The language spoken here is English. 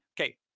Okay